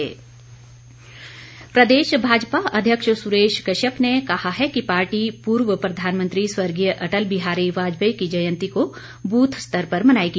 सुरेश कश्यप प्रदेश भाजपा अध्यक्ष सुरेश कश्यप ने कहा है कि पार्टी पूर्व प्रधानमंत्री स्वर्गीय अटल बिहारी वाजपेयी की जयंती को बूथ स्तर पर मनाएगी